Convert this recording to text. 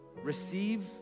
receive